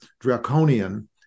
draconian